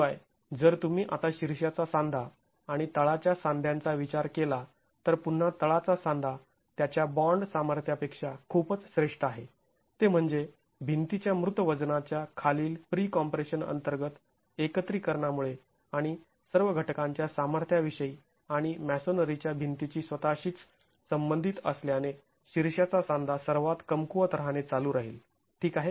शिवाय जर तुम्ही आता शीर्षाचा सांधा आणि तळाच्या सांध्यांचा विचार केला तर पुन्हा तळाचा सांधा त्याच्या बाँड सामर्थ्यापेक्षा खूपच श्रेष्ठ आहे ते म्हणजे भिंतीच्या मृत वजनाच्या खालील प्रीकॉम्प्रेशन अंतर्गत एकत्रीकरणामुळे आणि सर्व घटकांच्या सामर्थ्या विषयी आणि मॅसोनरीच्या भिंतीची स्वतःशीच संबंधित असल्याने शीर्षाचा सांधा सर्वात कमकुवत राहणे चालू राहील ठीक आहे